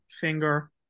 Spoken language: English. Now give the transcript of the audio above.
finger